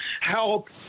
help